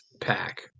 pack